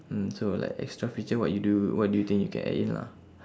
mm so like extra feature what you do what do you think you can add in lah